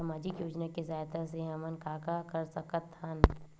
सामजिक योजना के सहायता से हमन का का कर सकत हन?